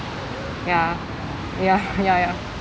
ya ya ya ya